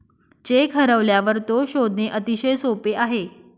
check हरवल्यावर तो शोधणे अतिशय सोपे आहे